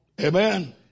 Amen